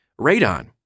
Radon